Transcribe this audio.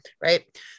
right